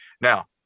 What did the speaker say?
Now